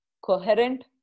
coherent